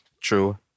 True